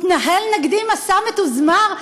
מתנהל נגדי מסע מתוזמר,